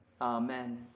Amen